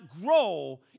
grow